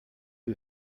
who